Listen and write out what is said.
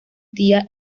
tía